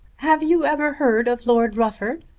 have you ever heard of lord rufford?